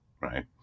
right